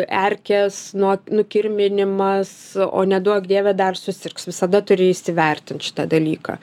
erkės nuo nukirminimas o neduok dieve dar susirgs visada turi įsivertint šitą dalyką